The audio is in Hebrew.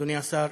אדוני השר,